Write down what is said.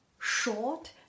short